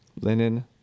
linen